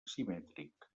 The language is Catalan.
asimètric